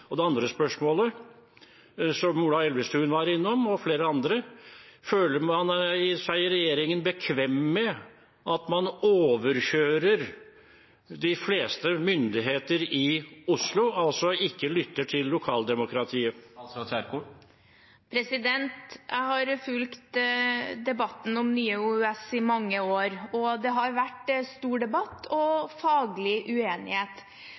Det andre spørsmålet, som Ola Elvestuen og flere andre var innom, er: Føler man seg i regjeringen bekvem med at man overkjører de fleste myndigheter i Oslo, og altså ikke lytter til lokaldemokratiet? Jeg har fulgt debatten om Nye OUS i mange år. Det har vært stor debatt og faglig uenighet.